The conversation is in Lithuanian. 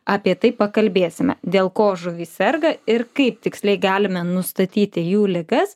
apie tai pakalbėsime dėl ko žuvys serga ir kaip tiksliai galime nustatyti jų ligas